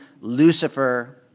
Lucifer